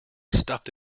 stuffed